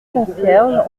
concierge